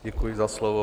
Děkuji za slovo.